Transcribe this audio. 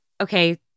okay